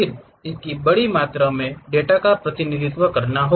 फिर इसकी बड़ी मात्रा में डेटा का प्रतिनिधित्व करना है